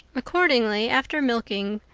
accordingly, after milking,